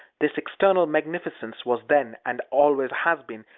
this external magnificence was then, and always has been,